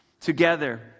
together